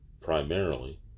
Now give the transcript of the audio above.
primarily